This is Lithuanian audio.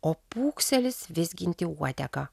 o pūkselis vizginti uodegą